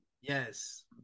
yes